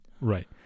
Right